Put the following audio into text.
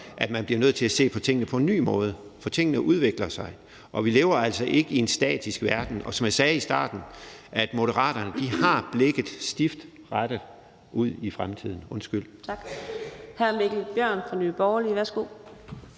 at man bliver nødt til at se på tingene på en ny måde, for tingene udvikler sig. Vi lever altså ikke i en statisk verden. Som jeg sagde i starten, har Moderaterne blikket stift rettet ud mod fremtiden. Kl.